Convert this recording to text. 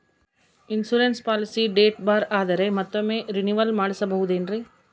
Insurance policy date ಬಾರ್ ಆದರೆ ಮತ್ತೊಮ್ಮೆ ರಿನಿವಲ್ ಮಾಡಿಸಬಹುದೇ ಏನ್ರಿ?